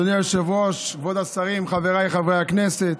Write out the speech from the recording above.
אדוני היושב-ראש, כבוד השרים, חבריי חברי הכנסת,